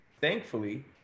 thankfully